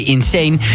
Insane